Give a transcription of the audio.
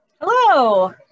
Hello